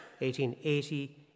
1880